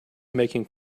making